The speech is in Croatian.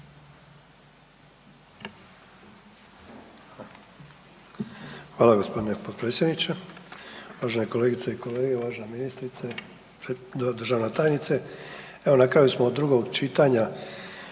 Hvala gospodine potpredsjedniče. Uvažene kolegice i kolege, uvažena državna tajnice. Evo na kraju smo drugog čitanja